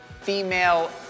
female